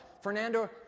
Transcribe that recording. Fernando